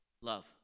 love